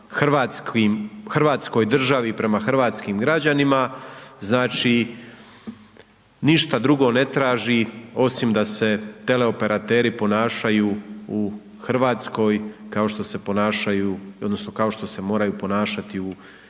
Hrvatskoj državi, prema hrvatskim građanima, znači, ništa drugo ne tražim, osim da se teleoperateri ponašaju u Hrvatskoj, kao što se ponašaju, odnosno,